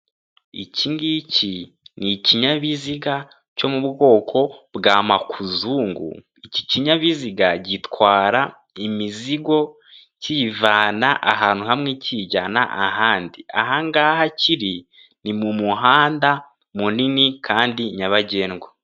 Ikingiki n'ikinyabiziga cyo mu bwoko bwa makuzungu, iki kinyabiziga gitwara imizigo kiyivana ahantu hamwe kiyijyana ahandi ahangaha kiri ni mu muhanda munini kandi nyabagendwa.